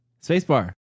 Spacebar